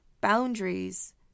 Boundaries